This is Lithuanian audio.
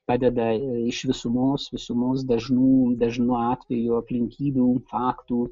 padeda iš visumos visumos dažnų dažnų atvejų aplinkybių faktų